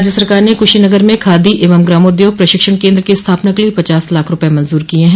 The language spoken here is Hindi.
राज्य सरकार ने कुशीनगर में खादी एवं ग्रामोद्योग प्रशिक्षण केन्द्र की स्थापना के लिए पचास लाख रूपये मंजूर किये हैं